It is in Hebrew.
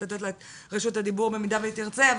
לתת לה את רשות הדיבור במידה שהיא תרצה.